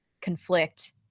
conflict